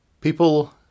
People